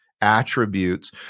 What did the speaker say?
attributes